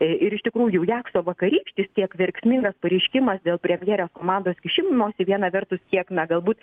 ir iš tikrųjų jakšto vakarykštis tiek verksmingas pareiškimas dėl premjerės komandos kišimosi viena vertus tiek na galbūt